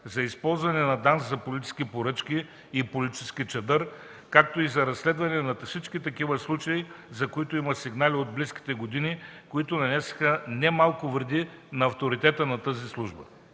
за използване на ДАНС за политически поръчки и политически чадър, както и за разследване на всички такива случаи, за които има сигнал от близките години, които нанесоха немалко вреди на авторитета на тази служба.